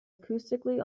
acoustically